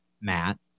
matt